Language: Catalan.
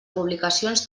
publicacions